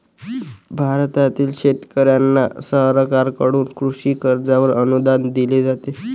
भारतातील शेतकऱ्यांना सरकारकडून कृषी कर्जावर अनुदान दिले जाते